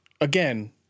again